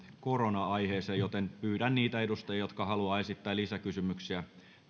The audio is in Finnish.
korona aiheeseen joten pyydän niitä edustajia jotka haluavat esittää lisäkysymyksiä